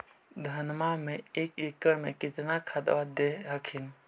धनमा मे एक एकड़ मे कितना खदबा दे हखिन?